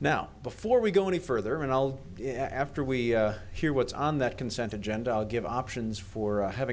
now before we go any further and all after we hear what's on that consent agenda i'll give options for having